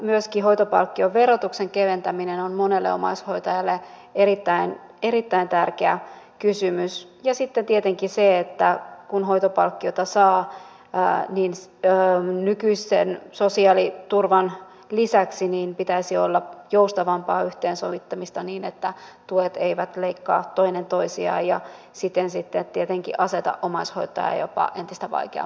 myöskin hoitopalkkion verotuksen keventäminen on monelle omaishoitajalle erittäin tärkeä kysymys ja sitten tietenkin kun hoitopalkkiota saa niin nykyisen sosiaaliturvan lisäksi pitäisi olla joustavampaa yhteensovittamista niin että tuet eivät leikkaa toinen toistaan ja siten sitten tietenkin aseta omaishoitajaa jopa entistä vaikeampaan asemaan